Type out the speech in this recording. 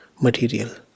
Material